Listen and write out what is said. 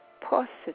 positive